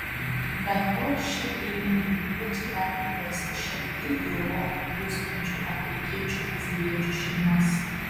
be to šie eiliniai piliečiai dar priversti šelpti į europą plūstančių afrikiečių azijiečių šeimas